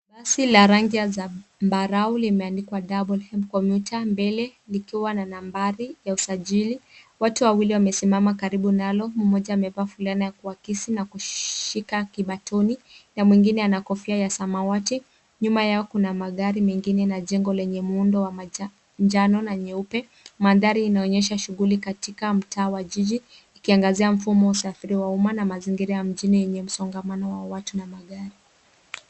Basi la rangi zambarau limeandikwa double commuter mbele nikiwa na nambari ya usajili. Watu wawili wamesimama karibu nalo mmoja amevaa fulana kuwakisi na kushika kibatoni na mwingine ana kofia ya samawati. Nyuma yao kuna magari mengine na jengo lenye muundo njano na nyeupe. Mandhari inaonyesha shughuli katika mtaa wa jiji ikiangazia mfumo usafiri wa umana mazingira ya mjini yenye msongamano wa watu na magari.